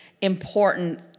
important